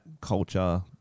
culture